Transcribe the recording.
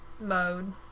mode